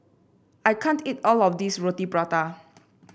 I can't eat all of this Roti Prata